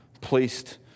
placed